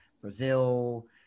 Brazil